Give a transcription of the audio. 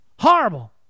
Horrible